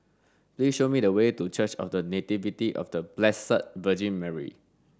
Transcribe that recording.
please show me the way to Church of The Nativity of The Blessed Virgin Mary